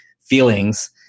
feelings